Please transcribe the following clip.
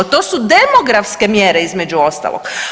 To su demografske mjere između ostalog.